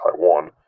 Taiwan